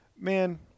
man